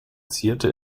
zierte